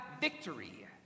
victory